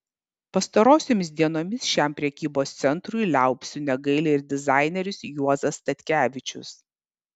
pastarosiomis dienomis šiam prekybos centrui liaupsių negaili ir dizaineris juozas statkevičius